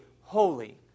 holy